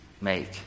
make